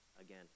again